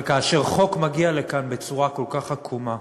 אבל כאשר חוק מגיע לכאן בצורה כל כך עקומה,